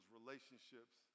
relationships